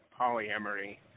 polyamory